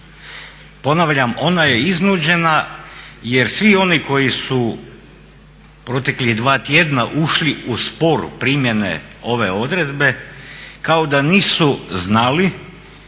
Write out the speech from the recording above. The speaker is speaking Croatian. Ponavljam, ona je iznuđena jer svi oni koji su proteklih dva tjedna ušli u spor primjene ove odredbe kao da nisu znali